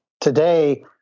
today